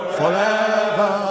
forever